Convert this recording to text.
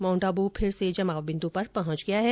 mount Abu फिर से जमाव बिन्दू पर पहुंच गया है